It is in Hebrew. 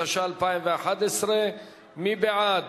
התשע"א 2011. מי בעד?